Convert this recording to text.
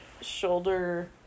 shoulder